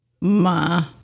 Ma